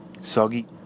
soggy